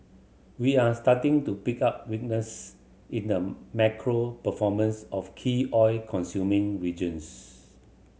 we are starting to pick up weakness in the macro performance of key oil consuming regions